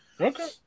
Okay